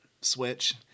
switch